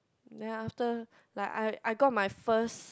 then after like I I got my first